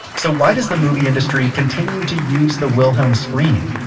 so why does the movie industry continue to use the wilhelm scream?